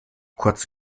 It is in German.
kurz